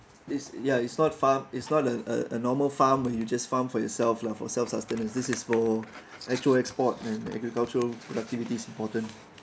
it's ya it's not far it's not a a normal farm where you just farm for yourself lah for self sustenance this is for actual export and agricultural productivity is important